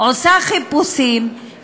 עושה חיפושים,